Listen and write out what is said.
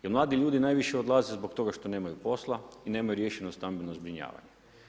Jer mladi ljudi najviše odlaze zbog toga što nemaju posla i nemaju riješeno stambeno zbrinjavanje.